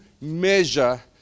measure